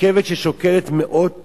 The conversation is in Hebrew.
רכבת ששוקלת מאות טונות,